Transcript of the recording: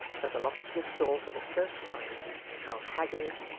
that the locksmith saw for the first time how haggard,